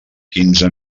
quinze